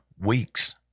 weeks